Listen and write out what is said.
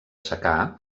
secà